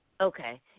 Okay